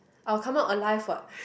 I will come out alive what